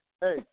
hey